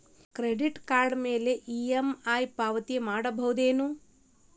Credit card ಮ್ಯಾಲೆ EMI ಪಾವತಿ ಮಾಡ್ಬಹುದೇನು?